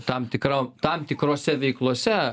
tam tikra tam tikrose veiklose